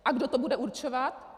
A kdo to bude určovat?